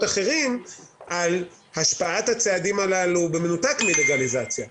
אחרים על השפעת הצעדים הללו במנותק מהלגליזציה.